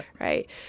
right